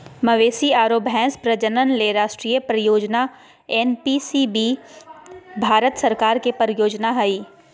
मवेशी आरो भैंस प्रजनन ले राष्ट्रीय परियोजना एनपीसीबीबी भारत सरकार के परियोजना हई